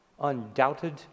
undoubted